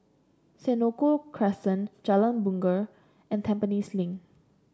Senoko Crescent Jalan Bungar and Tampines Link